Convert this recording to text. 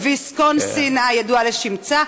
ויסקונסין הידועה לשמצה.